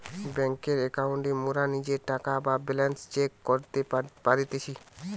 বেংকের একাউন্টে মোরা নিজের টাকা বা ব্যালান্স চেক করতে পারতেছি